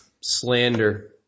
slander